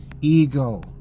ego